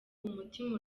umutima